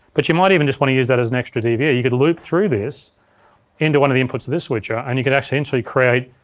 but you might even just want to use that as an extra dve. yeah you could loop through this into one of the inputs of this switcher and you could actually eventually create,